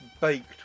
baked